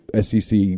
SEC